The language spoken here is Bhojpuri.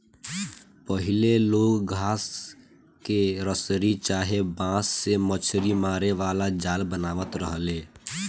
पहिले लोग घास के रसरी चाहे बांस से मछरी मारे वाला जाल बनावत रहले